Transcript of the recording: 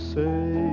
say